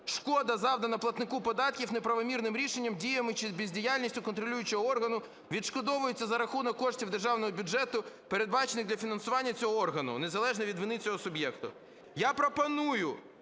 Шкода, завдана платнику неправомірним рішенням, дією чи бездіяльністю контролюючого органу, відшкодовується за рахунок коштів державного бюджету, передбачених для фінансування цього органу, незалежно від вини цього суб'єкту". Я пропоную